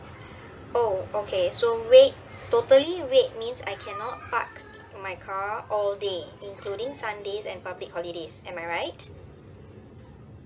oh okay so red totally red means I cannot park my car all day including sundays and public holidays am I right